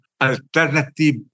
alternative